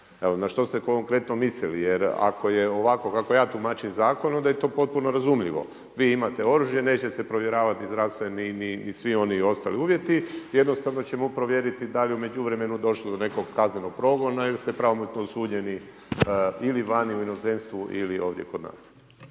Na što ste konkretno mislili? Jer ako je ovako kako ja tumačim zakon onda je to potpuno razumljivo, vi imate oružje neće se provjeravati zdravstveni ni svi oni ostali uvjeti, jednostavno će mu provjeriti da li je u međuvremenu došlo do nekog kaznenog progona ili ste pravomoćno osuđeni ili vani u inozemstvu ili ovdje kod nas.